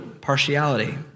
partiality